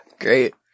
Great